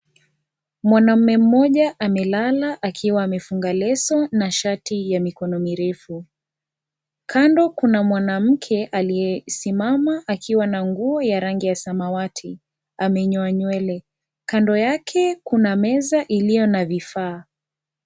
Mwanaume mmoja amelala akiwa amefunga leso na shati ya mikono mirefu, kando kuna mwanamke aliyesimama akiwa na nguo ya rangi ya samawati, amenyoa nywele, kando yake kuna meza iliyo na vifaa.